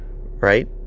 right